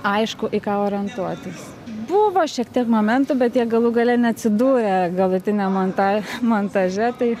aišku į ką orientuotis buvo šiek tiek momentų bet jie galų gale neatsidūrė galutinę man tai montaže tai